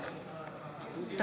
להצביע?